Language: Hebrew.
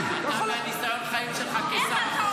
מדבר מהניסיון שלך כשר חוץ?